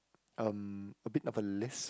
um a bit of a lisp